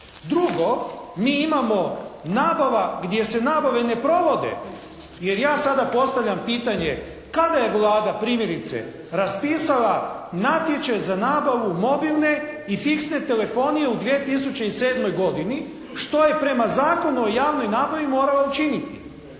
Drugo, mi imamo nabava gdje se nabave ne provode, jer ja sada postavljam pitanje kada je Vlada primjerice raspisala natječaj za nabavu mobilne i fiksne telefonije u 2007. godini što je prema Zakonu o javnoj nabavi morala učiniti.